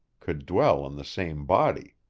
could dwell in the same body.